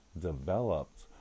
developed